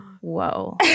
whoa